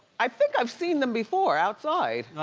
i think i've seen them before outside.